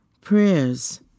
Prayers